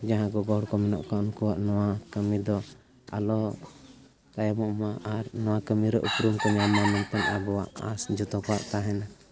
ᱡᱟᱦᱟᱸᱭ ᱜᱚᱜᱚ ᱦᱚᱲᱠᱚ ᱢᱮᱱᱟᱜ ᱠᱚᱣᱟ ᱩᱱᱠᱩᱣᱟᱜ ᱱᱚᱣᱟ ᱠᱟᱹᱢᱤᱫᱚ ᱟᱞᱚ ᱛᱟᱭᱚᱢᱚᱜ ᱢᱟ ᱟᱨ ᱱᱚᱣᱟ ᱠᱟᱹᱢᱤᱨᱮ ᱩᱯᱨᱩᱢᱠᱚ ᱧᱟᱢ ᱢᱟ ᱢᱮᱱᱛᱮ ᱟᱵᱚᱣᱟᱜ ᱟᱥ ᱡᱚᱛᱚ ᱠᱚᱣᱟᱜ ᱛᱟᱦᱮᱱᱟ